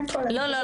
לא,